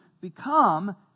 become